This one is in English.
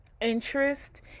interest